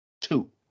two